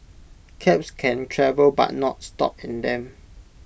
cabs can travel but not stop in them